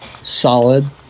solid